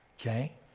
okay